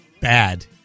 bad